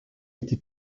été